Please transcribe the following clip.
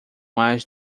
mais